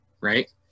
Right